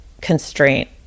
constraint